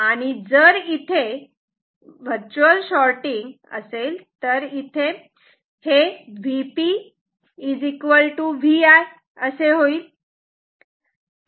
आणि जर इथे असे असेल तर Vp Vi असे होईल